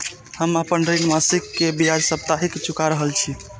हम आपन ऋण मासिक के ब्याज साप्ताहिक चुका रहल छी